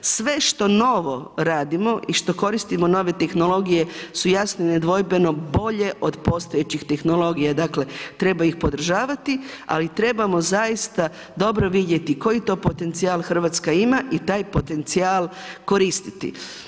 Sve što novo radimo i što koristimo nove tehnologije su jasno i nedvojbeno bolje od postojećih tehnologija, dakle treba ih podržavati, ali trebamo dobro vidjeti koji to potencijal Hrvatska ima i taj potencijal koristiti.